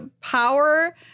power